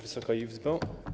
Wysoka Izbo!